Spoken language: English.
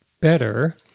better